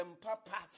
Papa